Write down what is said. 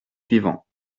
suivants